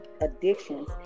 addictions